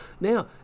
now